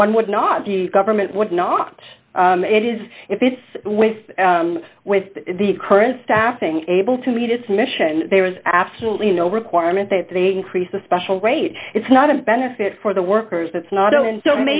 one would not the government would not it is if it's with with the current staffing able to meet its mission there is absolutely no requirement that they increase the special rate it's not a benefit for the workers that's not and so